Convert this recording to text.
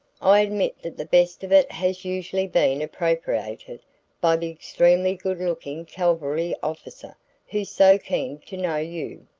i admit that the best of it has usually been appropriated by the extremely good-looking cavalry-officer who's so keen to know you.